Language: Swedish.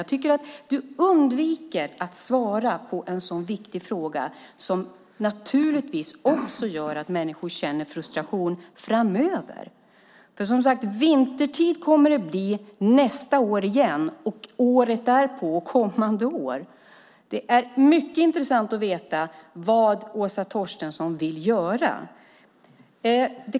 Jag tycker att hon undviker att svara på en så viktig fråga som naturligtvis också gör att människor känner frustration framöver. Vinter kommer det, som sagt, att bli nästa år igen och kommande år. Det vore mycket intressant att få veta vad Åsa Torstensson vill göra.